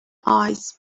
eyes